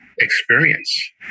experience